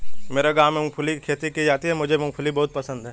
मेरे गांव में मूंगफली की खेती की जाती है मुझे मूंगफली बहुत पसंद है